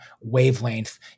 wavelength